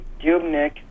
Dubnik